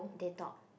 they talk